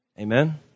Amen